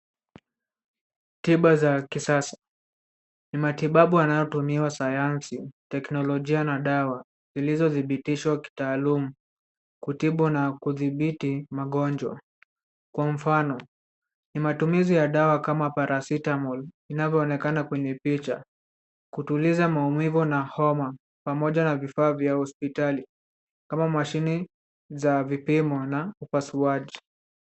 Tiba za kisasa. Ni matibabu yanayotumia sayansi, teknolojia na dawa zilizothibitishwa kitaaluma kutibu na kudhibiti magonjwa. Kwa mfano, ni matumizi ya dawa kama (cs) paracetamol(cs),inavyoonekana kwenye picha, kutuliza maumivu na homa, pamoja na vifaa vya hospitali, kama mashine za vipimo na upasuaji.